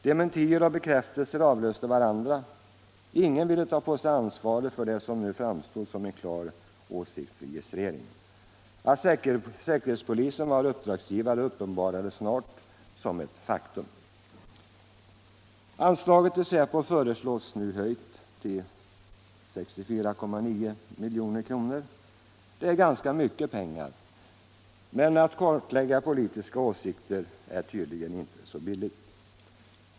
Dementier och bekräftelser avlöste varandra. Ingen ville ta på sig ansvaret för det som nu framstod som en klar åsiktsregistrering. Att säkerhetspolisen har uppdragsgivare uppenbarades snart som ett faktum. Anslaget till säpo föreslås nu höjt till 64,9 milj.kr. Det är ganska mycket pengar, men att kartlägga politiska åsikter är tydligen inte så billigt.